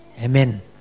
Amen